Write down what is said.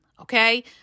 okay